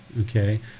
Okay